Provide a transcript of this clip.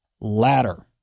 Ladder